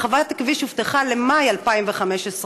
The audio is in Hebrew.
הרחבת הכביש הובטחה למאי 2015,